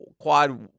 quad